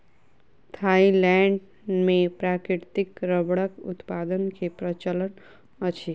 Thailand मे प्राकृतिक रबड़क उत्पादन के प्रचलन अछि